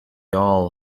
all